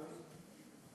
חיליק.